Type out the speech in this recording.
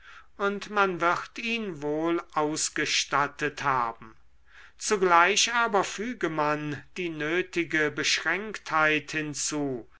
und man wird ihn wohl ausgestattet haben zugleich aber füge man die nötige beschränktheit hinzu